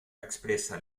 expressa